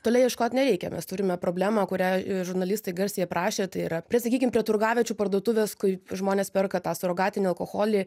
toli ieškot nereikia mes turime problemą kurią žurnalistai garsiai aprašė tai yra prie sakykim prie turgaviečių parduotuvės kai žmonės perka tą surogatinio alkoholį